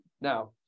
Now